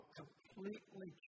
completely